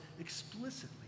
explicitly